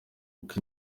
uko